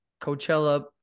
coachella